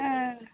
ಹಾಂ